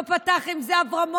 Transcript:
לא פתח עם זה אברמוביץ'